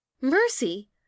Mercy